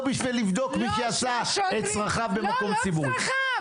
בשביל לבדוק מי שעשה את צרכיו במקום ציבורי.